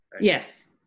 Yes